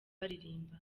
baririmba